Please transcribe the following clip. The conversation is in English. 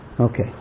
Okay